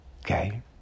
Okay